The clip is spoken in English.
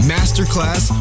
Masterclass